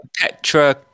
Petra